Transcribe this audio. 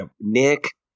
Nick